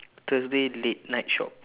thursday late night shop